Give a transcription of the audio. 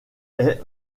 est